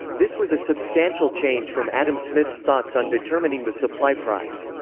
this was a substantial change from adam smith's thoughts on determining the supply price.